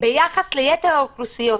ביחס ליתר האוכלוסיות,